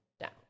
down